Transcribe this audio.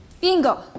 Bingo